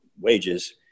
wages